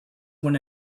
when